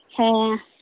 ᱦᱮᱸᱻ